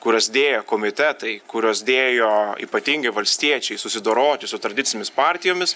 kurias dėjo komitetai kurias dėjo ypatingai valstiečiai susidoroti su tradicinėmis partijomis